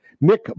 Nick